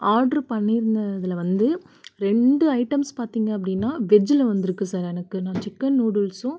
order பண்ணியிருந்ததுல வந்து ரெண்டு ஐட்டம்ஸ் பார்த்தீங்க அப்படின்னா வெஜ்ஜில் வந்துருக்குது சார் எனக்கு நான் சிக்கன் நூடுல்ஸும்